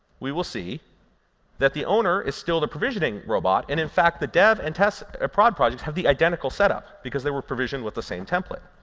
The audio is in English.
we will see that the owner is still the provisioning robot. and in fact, the dev and test and ah prod projects have the identical setup, because they were provisioned with the same template.